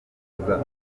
kugeza